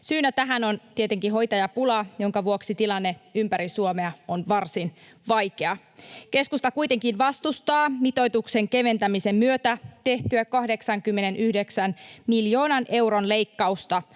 Syynä tähän on tietenkin hoitajapula, jonka vuoksi tilanne ympäri Suomea on varsin vaikea. Keskusta kuitenkin vastustaa mitoituksen keventämisen myötä tehtyä 89 miljoonan euron leikkausta